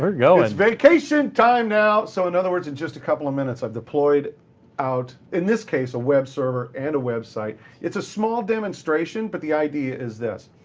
but it's vacation time now. so in other words, in just a couple of minutes, i've deployed out, in this case, a web server and a website. it's a small demonstration, but the idea is this.